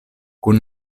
kun